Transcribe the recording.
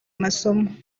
amasomo